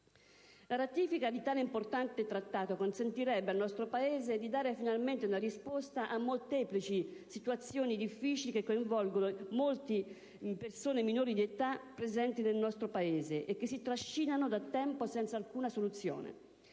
La ratifica di tale importante Trattato consentirebbe al nostro Paese di dare finalmente una risposta a molteplici difficili situazioni che coinvolgono molti minori presenti nel Paese e che si trascinano da tempo senza alcuna soluzione;